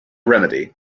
remedy